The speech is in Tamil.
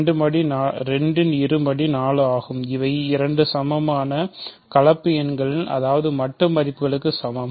2 இருமடி 4 ஆகும் இவை இரண்டு சமமான கலப்பு எண்கள் அதாவது மட்டு மதிப்புகள் சமம்